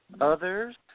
Others